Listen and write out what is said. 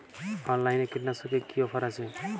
অনলাইনে কীটনাশকে কি অফার আছে?